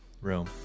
room